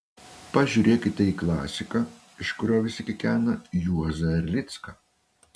pažiūrėkite į klasiką iš kurio visi kikena juozą erlicką